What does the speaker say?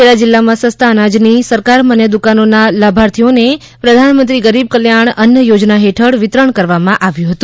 ખેડા જિલ્લાથમાં સસ્તા અનાજની સરકાર માન્ય દુકાનોના લાભાર્થીઓને પ્રધાનમંત્રી ગરીબ કલ્યાણ અન્ન્ યોજના હેઠળ વિતરણ કરવામાં આવ્યું છે